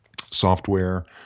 software